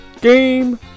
game